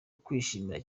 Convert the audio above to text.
kwishima